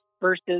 versus